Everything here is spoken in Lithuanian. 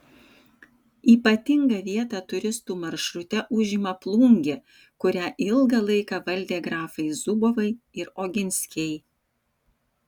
ypatingą vietą turistų maršrute užima plungė kurią ilgą laiką valdė grafai zubovai ir oginskiai